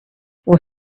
what